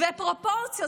פרופורציות,